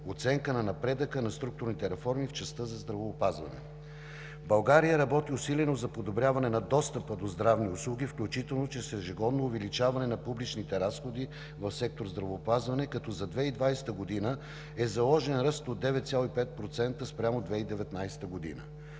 оценка на напредъка на структурните реформи в частта за здравеопазване. България работи усилено за подобряване на достъпа до здравни услуги, включително чрез ежегодно увеличаване на публичните разходи в сектор „Здравеопазване“, като за 2020 г. е заложен ръст от 9,5% спрямо 2019 г.